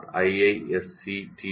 com